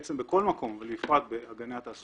בעצם בכל מקום אבל בפרט באגני התעסוקה,